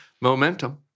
momentum